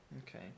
Okay